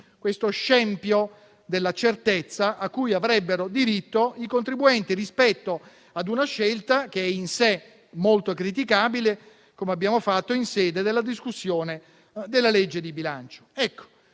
questo scempio della certezza a cui avrebbero diritto i contribuenti, rispetto ad una scelta che è in sé molto criticabile, come abbiamo fatto in sede di discussione della legge di bilancio.